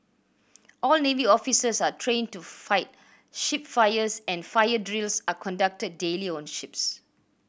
all navy officers are trained to fight ship fires and fire drills are conducted daily on ships